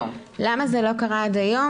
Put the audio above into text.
למה זה לא קרה עד היום?